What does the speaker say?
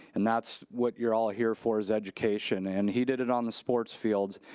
and that's what you're all here for, is education, and he did it on the sports field.